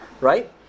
right